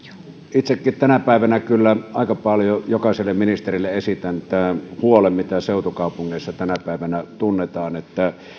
itsekin tänä päivänä kyllä jokaiselle ministerille esitän tämän huolen mitä seutukaupungeissa tänä päivänä tunnetaan